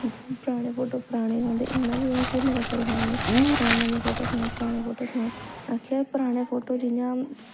पराने फोटो पराने गै होंदे इ'न्ना कि मेरा सिर खाना नमें फोटज न पराने फोटज न आक्खेआ पराने फोटो जियां